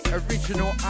original